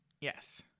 Yes